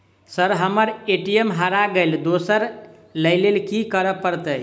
Sir हम्मर ATM हरा गइलए दोसर लईलैल की करऽ परतै?